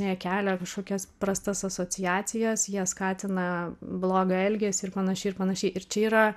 jie kelia kažkokias prastas asociacijas jie skatina blogą elgesį ir panašiai ir panašiai ir čia yra